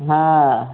हँ